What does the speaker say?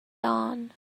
dawn